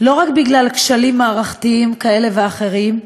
לא רק בגלל כשלים מערכתיים כאלה ואחרים,